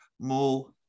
More